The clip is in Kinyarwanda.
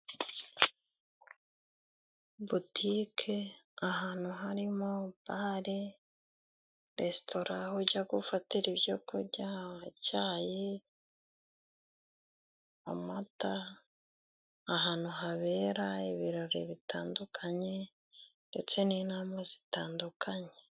Butike, ahantu harimo hari resitora, aho ujya gufatira ibyo kurya, icyayi , amata, ahantu habera ibirori bitandukanye ndetse n'inama zitandukanye.